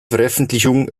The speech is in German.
veröffentlichung